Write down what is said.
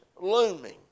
looming